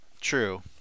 True